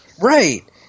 Right